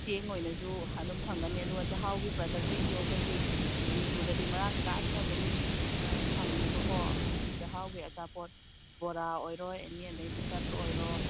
ꯆꯦꯡ ꯑꯣꯏꯅꯁꯨ ꯑꯗꯨꯝ ꯐꯪꯒꯅꯤ ꯑꯗꯨꯒ ꯆꯍꯥꯎꯒꯤ ꯄ꯭ꯔꯗꯛꯁꯤꯡꯁꯨ ꯑꯩꯈꯣꯏꯒꯤ ꯃꯅꯤꯄꯨꯔꯗꯗꯤ ꯃꯔꯥꯡ ꯀꯥꯏꯅ ꯑꯗꯨꯝ ꯐꯪꯉꯦꯕꯀꯣ ꯍꯥꯏꯕꯗꯤ ꯆꯍꯥꯎꯒꯤ ꯑꯆꯥꯄꯣꯠ ꯕꯣꯔꯥ ꯑꯣꯏꯔꯣ ꯑꯦꯅꯤ ꯑꯗꯩꯗꯤ ꯇꯜ ꯑꯣꯏꯔꯣ